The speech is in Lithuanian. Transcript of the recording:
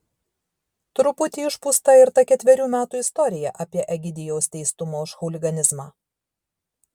truputį išpūsta ir ta ketverių metų istorija apie egidijaus teistumą už chuliganizmą